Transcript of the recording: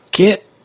Get